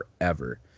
forever